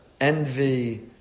envy